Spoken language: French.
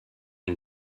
une